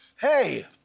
Hey